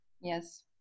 Yes